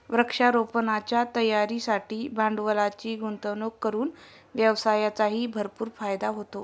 वृक्षारोपणाच्या तयारीसाठी भांडवलाची गुंतवणूक करून व्यवसायाचाही भरपूर फायदा होतो